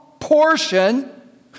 portion